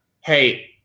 Hey